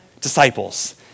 disciples